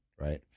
Right